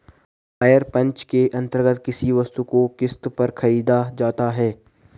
higher purchase के अंतर्गत किसी वस्तु को किस्त पर खरीदा जाता है